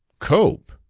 cope!